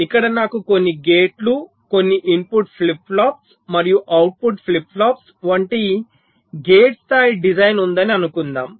ఇక్కడ నాకు కొన్ని గేట్లు కొన్ని ఇన్పుట్ ఫ్లిప్ ఫ్లాప్స్ మరియు అవుట్పుట్ ఫ్లిప్ ఫ్లాప్ వంటి గేట్ స్థాయి డిజైన్ ఉందని అనుకుందాం